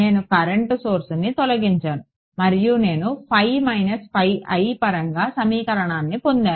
నేను కరెంట్ సోర్స్ని తొలగించాను మరియు నేను పరంగా సమీకరణాన్ని పొందాను